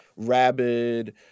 Rabid